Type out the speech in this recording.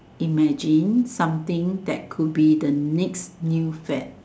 imagine something that could be the next new fad